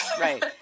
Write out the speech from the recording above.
Right